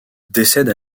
décède